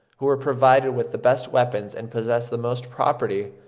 who were provided with the best weapons and possessed the most property,